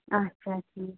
اَچھا ٹھیٖک